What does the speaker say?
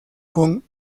con